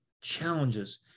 challenges